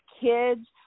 kids